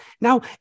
Now